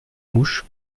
mouche